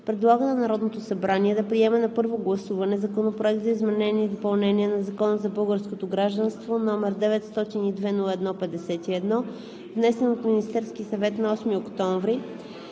предлага на Народното събрание да приеме на първо гласуване Законопроект за изменение и допълнение на Закона за българското гражданство, № 902-01-51, внесен от Министерския съвет на 8 октомври